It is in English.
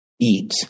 Eat